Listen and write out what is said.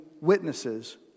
witnesses